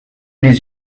les